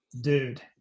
Dude